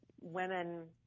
women